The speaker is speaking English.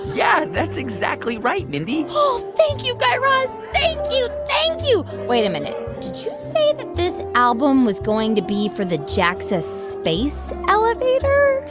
yeah, that's exactly right, mindy oh, thank you, guy raz. thank you. thank you. wait a minute. did you say that this album was going to be for the jaxa space elevator?